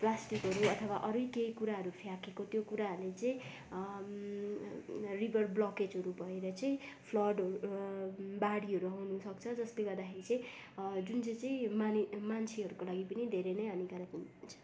प्लास्टिकहरू अथवा अरू यही केही कुराहरू फ्याँकेको त्यो कुराहरूले चाहिँ रिभर ब्लकेजहरू भएर चाहिँ फ्लडहरू बाढीहरू आउनुसक्छ जसले गर्दाखेरि चाहिँ जुन चाहिँ चाहिँ मानि मान्छेहरूको लागि पनि धेरै नै हानिकारक हुन्छ